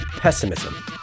Pessimism